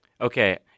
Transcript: Okay